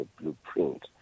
blueprint